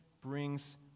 brings